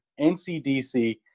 NCDC